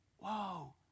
Whoa